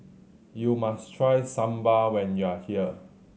you must try Sambar when you are here